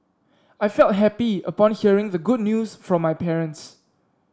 I felt happy upon hearing the good news from my parents